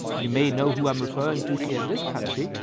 you may know who i'm referring to here in this country,